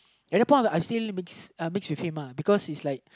at the point I still mix uh mix with him uh because he's like